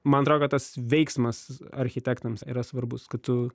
man atrodo kas tas veiksmas architektams yra svarbus kad tu